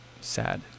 sad